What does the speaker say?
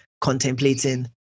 contemplating